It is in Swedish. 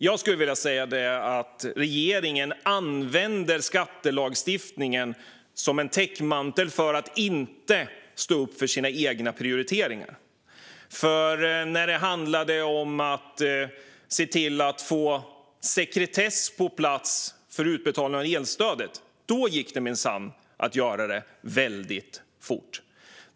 Jag anser att regeringen använder skattelagstiftningen som en täckmantel för att inte stå upp för sina egna prioriteringar. När det handlade om att få sekretess på plats för utbetalningar av elstödet gick det minsann att göra det fort.